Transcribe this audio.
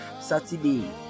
Saturday